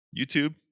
YouTube